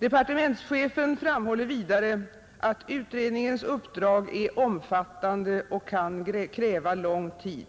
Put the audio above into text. Departementschefen framhåller vidare att utredningens uppdrag är omfattande och kan kräva lång tid.